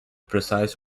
precise